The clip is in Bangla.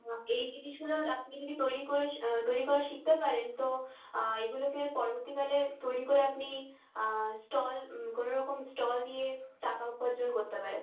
আর এই জিনিসগুলোর আপনি যদি তৈরি করে তৈরি করা শিখতে পারেন তো এইগুলোকে পরবর্তীকালে তৈরি করে আপনি স্টল কোনও রকম স্টল দিয়ে টাকা উপার্জন করতে পারেন